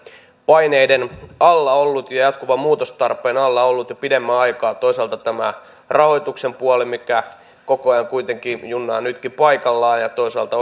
paineiden ja ja jatkuvan muutostarpeen alla ollut jo pidemmän aikaa toisaalta tämä rahoituksen puoli koko ajan kuitenkin junnaa nytkin paikallaan ja toisaalta